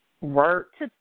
Work